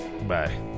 Bye